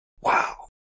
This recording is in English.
Wow